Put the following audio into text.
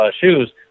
shoes